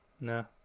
No